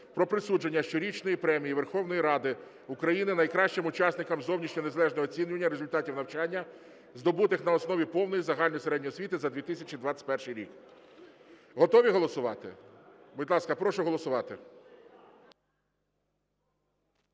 "Про присудження щорічної Премії Верховної Ради України найкращим учасникам зовнішнього незалежного оцінювання результатів навчання, здобутих на основі повної загальної середньої освіти, за 2021 рік". Готові голосувати? Будь ласка, прошу голосувати.